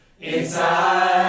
inside